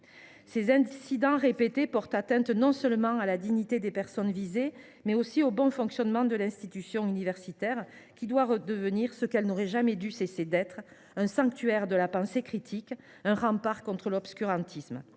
Ces incidents répétés portent atteinte non seulement à la dignité des personnes visées, mais aussi au bon fonctionnement de l’institution universitaire, qui doit redevenir ce qu’elle n’aurait jamais dû cesser d’être : un sanctuaire de la pensée critique, un rempart contre l’obscurantisme.